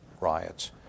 riots